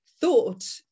thought